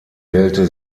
wählte